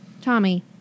Tommy